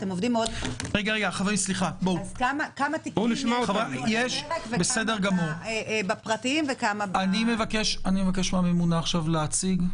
אז כמה תיקים יש על הפרק בפרטיים וכמה- - אבקש מהממונה להציג.